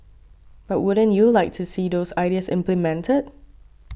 but wouldn't you like to see those ideas implemented